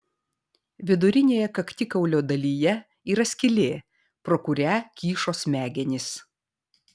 vidurinėje kaktikaulio dalyje yra skylė pro kurią kyšo smegenys